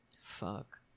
fuck